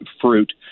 fruit